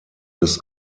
des